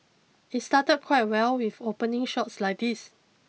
it started quite well with opening shots like these